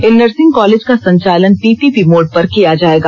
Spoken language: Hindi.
इन नर्सिंग कॉलेज का संचालन पीपीपी मोड पर किया जायेगा